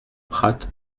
prat